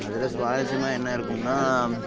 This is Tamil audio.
அதில் சுவாரஸியமாக என்ன இருக்குதும்னா